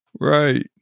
Right